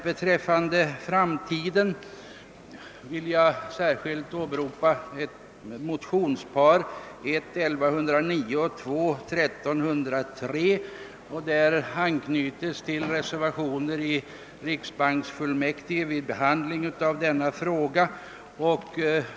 Beträffande de framtida förhållandena på detta område vill jag emellertid hänvisa till vad som anförs i motionsparet I: 1109 och II: 1303, vilka anknyter till reservationer som framförts inom riksbanksfullmäktige vid deras behandling av denna fråga.